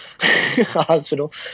hospital